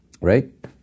right